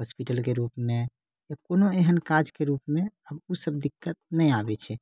हॉस्पिटलके रूपमे या कोनो एहन काजके रूपमे आब ओ सब दिक्कत नहि आबै छै